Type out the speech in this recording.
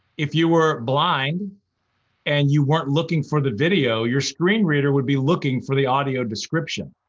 if you were blind and you weren't looking for the video, your screen reader would be looking for the audio description.